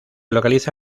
localiza